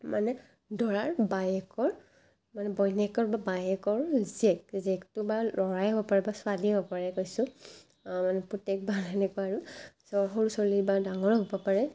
মানে দৰাৰ বায়েকৰ মানে বৈনীয়েকৰ বা বায়েকৰ জীয়েক জীয়েকটো বা ল'ৰাই হ'ব পাৰে বা ছোৱালীয়ে হ'ব পাৰে কৈছোঁ মানে পুতেক বা সেনেকুৱা আৰু ছ' সৰু চলি বা ডাঙৰো হ'ব পাৰে